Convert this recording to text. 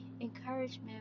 encouragement